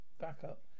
backup